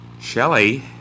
Shelly